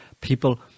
people